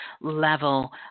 level